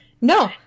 No